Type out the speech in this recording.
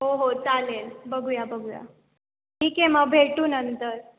हो हो चालेल बघूया बघूया ठीक आहे मग भेटू नंतर